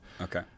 Okay